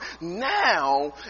now